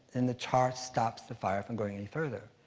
and the char stops the fire from going any further.